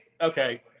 okay